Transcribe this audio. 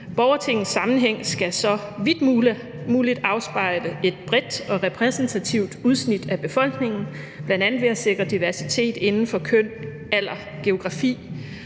Borgertingets sammensætning skal så vidt muligt afspejle et bredt og repræsentativt udsnit af befolkningen, bl.a. ved at sikre diversitet inden for køn, alder, geografi